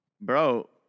Bro